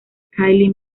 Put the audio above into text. kylie